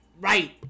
Right